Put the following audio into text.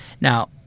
Now